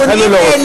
לכן הוא לא רוצה,